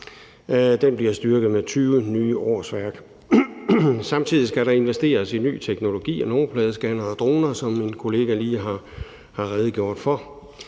Den bliver styrket med 20 nye årsværk. Samtidig skal der investeres i ny teknologi og nummerpladescannere og droner, som min kollega lige har redegjort for.